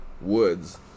woods